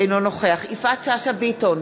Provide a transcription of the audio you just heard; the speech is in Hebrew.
אינו נוכח יפעת שאשא ביטון,